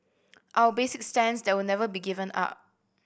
our basic stance that will never be given up